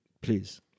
please